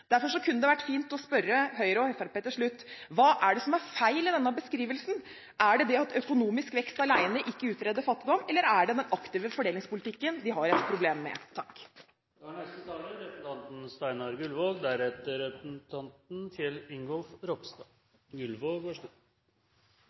kunne det vært fint å spørre Høyre og Fremskrittspartiet til slutt: Hva er det som er feil i denne beskrivelsen? Er det det at økonomisk vekst alene ikke utrydder fattigdom, eller er det den aktive fordelingspolitikken de har et problem med?